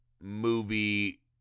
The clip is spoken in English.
movie